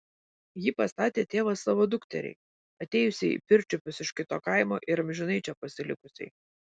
jį pastatė tėvas savo dukteriai atėjusiai į pirčiupius iš kito kaimo ir amžinai čia pasilikusiai